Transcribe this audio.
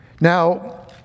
Now